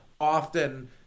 often